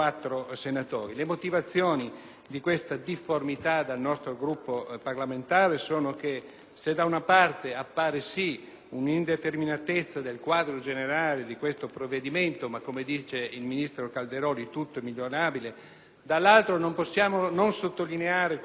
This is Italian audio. se da un parte appare certamente un'indeterminatezza del quadro generale di questo provvedimento - ma, come dice il ministro Calderoli, tutto è migliorabile - dall'altra, non possiamo non sottolineare come nell'articolo 24 ci sia un rispetto degli Statuti delle Regioni speciali.